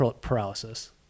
paralysis